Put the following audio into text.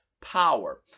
power